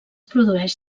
produeix